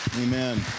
Amen